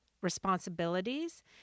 responsibilities